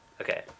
Okay